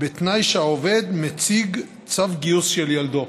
בתנאי שהעובד מציג צו גיוס של ילדו.